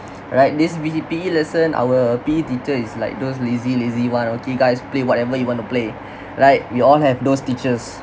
alright this V_E P_E lesson our P_E teacher is like those lazy lazy one okay guys play whatever you want to play like we all have those teachers